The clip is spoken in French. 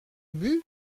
ubu